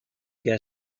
què